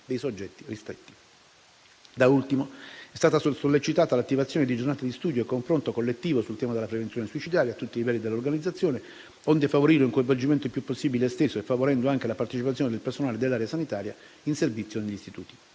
dei soggetti ristretti. Da ultimo, è stata sollecitata l'attivazione di giornate di studio e confronto collettivo sul tema della prevenzione suicidaria a tutti i livelli dell'organizzazione, onde favorire un coinvolgimento il più possibile esteso e la partecipazione del personale dell'area sanitaria in servizio negli istituti.